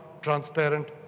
transparent